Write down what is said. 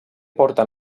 porten